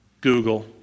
Google